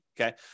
Okay